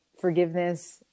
forgiveness